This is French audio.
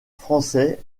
français